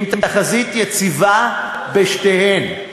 עם תחזית יציבה בשתיהן,